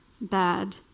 bad